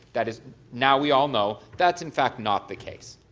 that is now, we all know that's in fact, not the case.